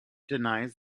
denies